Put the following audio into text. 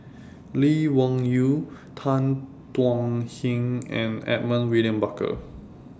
Lee Wung Yew Tan Thuan Heng and Edmund William Barker